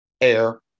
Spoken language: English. air